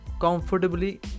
comfortably